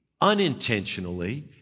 unintentionally